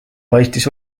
paistis